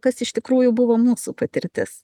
kas iš tikrųjų buvo mūsų patirtis